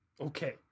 Okay